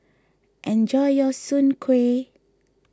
enjoy your Soon Kway